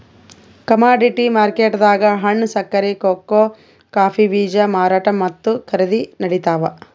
commodity ಮಾರ್ಕೆಟ್ದಾಗ್ ಹಣ್ಣ್, ಸಕ್ಕರಿ, ಕೋಕೋ ಕಾಫೀ ಬೀಜ ಮಾರಾಟ್ ಮತ್ತ್ ಖರೀದಿ ನಡಿತಾವ್